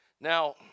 Now